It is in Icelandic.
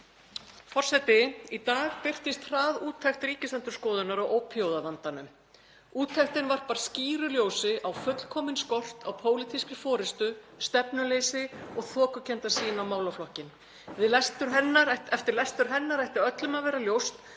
Forseti. Í dag birtist hraðúttekt Ríkisendurskoðunar á ópíóíðavandanum. Úttektin varpar skýru ljósi á fullkominn skort á pólitískri forystu, stefnuleysi og þokukennda sýn á málaflokkinn. Eftir lestur hennar ætti öllum að vera ljóst